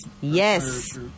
yes